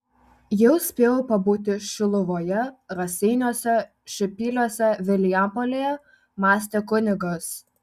jau spėjau pabūti šiluvoje raseiniuose šiupyliuose vilijampolėje mąstė kunigas